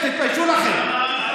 תתביישו לכם.